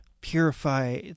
purify